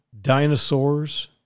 dinosaurs